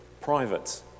private